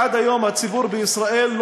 אהבה בוערת למדינת ישראל.